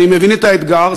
אני מבין את האתגר,